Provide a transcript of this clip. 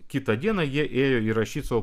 kitą dieną jie ėjo įrašyti savo